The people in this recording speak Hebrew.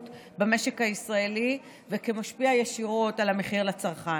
במשק הישראלי וכמשפיע ישירות על המחיר לצרכן.